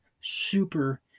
super